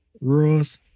Rules